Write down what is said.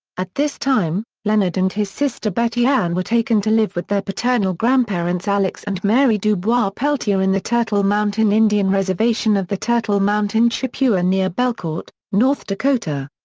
at this time, leonard and his sister betty ann were taken to live with their paternal grandparents alex and mary dubois-peltier in the turtle mountain indian reservation of the turtle mountain chippewa and near belcourt, north dakota.